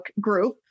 group